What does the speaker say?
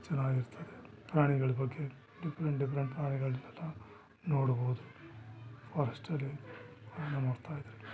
ಚೆನ್ನಾಗಿರ್ತದೆ ಪ್ರಾಣಿಗಳು ಬಗ್ಗೆ ಡಿಫ್ರೆಂಟ್ ಡಿಫ್ರೆಂಟ್ ಪ್ರಾಣಿಗಳನ್ನೆಲ್ಲ ನೋಡ್ಬೌದು ಫಾರೆಸ್ಟಲ್ಲಿ ಪ್ರಯಾಣ ಮಾಡ್ತಾಯಿದ್ರೆ